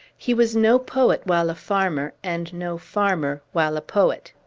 he was no poet while a farmer, and no farmer while a poet.